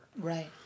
Right